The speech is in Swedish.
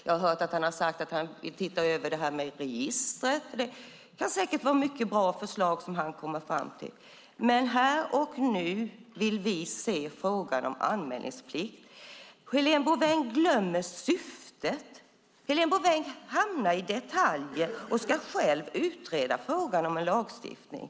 Jag har också hört att han vill titta över det här med registret. Det kan säkert vara mycket bra förslag som han kommer fram till, men här och nu vill vi se frågan om anmälningsplikt. Helena Bouveng glömmer syftet. Hon hamnar i detaljer och ska själv utreda frågan om en lagstiftning.